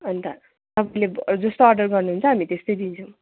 अनि त तपाईँले जस्तो अर्डर गर्नुहुन्छ हामी त्यस्तै दिन्छौँ